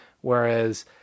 whereas